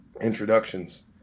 introductions